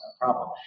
problem